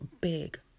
big